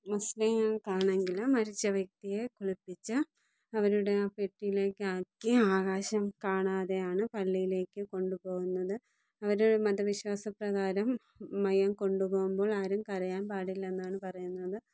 മുസ്ലീങ്ങൾക്കാണെങ്കിൽ മരിച്ച വ്യക്തിയെ കുളിപ്പിച്ച് അവരുടെ ആ പെട്ടിയിലേയ്ക്ക് ആക്കി ആകാശം കാണാതെയാണ് പള്ളിയിലേയ്ക്ക് കൊണ്ടു പോകുന്നത് അവരെ മത വിശ്വാസ പ്രകാരം മയ്യം കൊണ്ടു പോകുമ്പോൾ ആരും കരയാൻ പാടില്ലന്നാണ് പറയുന്നത്